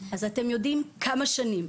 אז אתם יודעים כמה שנים,